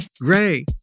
gray